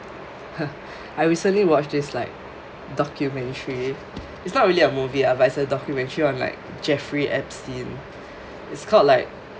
I recently watched this like documentary it's not really a movie lah but is a documentary on like jeffrey epstein it's called like